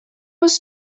was